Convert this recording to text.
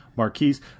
Marquise